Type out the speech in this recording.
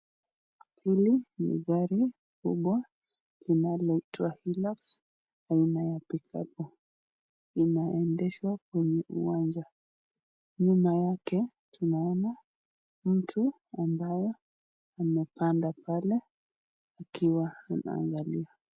Hili ni gari kubwa linaloitwa Hillux aina ya pick up inaendeshwa kwenye uwanja. Nyuma yake tunaona miti ambayo imepandwa pale ikiwa inaangalia.